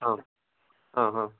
आम् आ हा